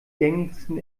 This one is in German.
gängigsten